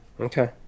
Okay